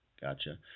Gotcha